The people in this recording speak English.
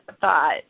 thought